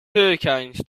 hurricanes